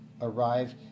arrive